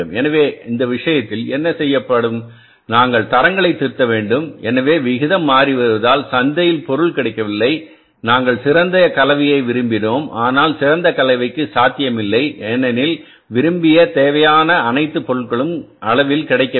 எனவே அந்த விஷயத்தில் என்ன செய்யப்படும் நாங்கள் தரங்களை திருத்த வேண்டும் எனவே விகிதம் மாறி வருவதால் சந்தையில் பொருள் கிடைக்கவில்லைநாங்கள் சிறந்த கலவையை விரும்பினோம் ஆனால் சிறந்த கலவை சாத்தியமில்லை ஏனெனில் விரும்பியதேவையான அனைத்து பொருட்களும் அளவில்கிடைக்கவில்லை